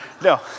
no